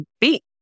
beat